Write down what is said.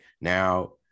now